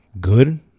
good